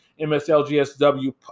MSLGSW